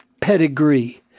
pedigree